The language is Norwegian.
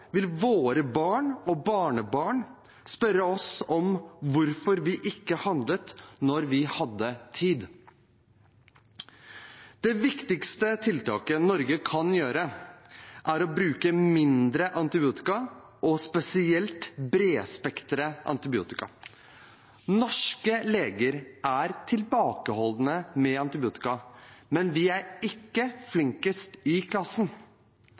vil våre barn og barnebarn spørre oss om hvorfor vi ikke handlet når vi hadde tid. Det viktigste tiltaket Norge kan gjøre, er å bruke mindre antibiotika, og spesielt bredspektret antibiotika. Norske leger er tilbakeholdne med antibiotika, men vi er ikke flinkest i klassen.